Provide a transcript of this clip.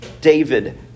David